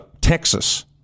Texas